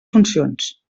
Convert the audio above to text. funcions